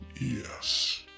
Yes